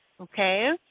okay